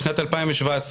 בשנת 2017,